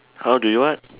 how do you what